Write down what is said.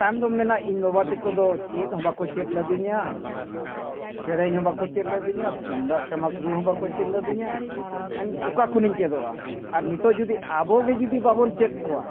ᱛᱟᱭᱚᱢ ᱫᱚᱢ ᱢᱮᱱᱟ ᱤᱧ ᱵᱟᱵᱟ ᱛᱟᱠᱚ ᱫᱚ ᱪᱮᱫ ᱦᱚᱸ ᱵᱟᱠᱚ ᱪᱮᱫ ᱞᱤᱫᱤᱧᱟᱹ ᱥᱮᱨᱮᱧ ᱦᱚᱸ ᱵᱟᱠᱚ ᱪᱮᱫ ᱞᱤᱫᱤᱧᱟᱹ ᱛᱩᱢᱫᱟᱜ ᱴᱟᱢᱟᱠ ᱨᱩ ᱦᱚᱸ ᱵᱟᱠᱚ ᱪᱮᱫ ᱞᱤᱫᱤᱧᱟᱹ ᱚᱠᱟ ᱠᱷᱚᱱᱤᱧ ᱪᱮᱫᱚᱜᱼᱟ ᱟᱨ ᱱᱤᱛᱚᱜ ᱡᱩᱫᱤ ᱟᱵᱚᱜᱮ ᱡᱩᱫᱤ ᱵᱟᱵᱚᱱ ᱪᱮᱫ ᱠᱚᱣᱟ